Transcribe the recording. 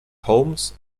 holmes